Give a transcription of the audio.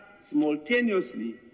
simultaneously